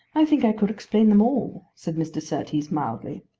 i think i could explain them all, said mr. surtees mildly.